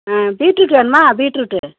ஆ beetroot வேணுமா beetroot